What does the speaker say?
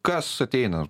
kas ateina